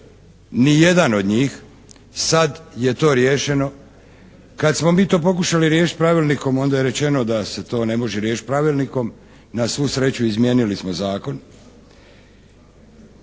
ni jedan od njih. Sad je to riješeno. Kad smo mi to pokušali riješiti Pravilnikom onda je rečeno da se to ne može riješiti Pravilnikom. Na svu sreću izmijenili smo zakon.